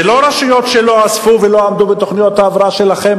זה לא רשויות שלא אספו ולא עמדו בתוכניות ההבראה שלכם,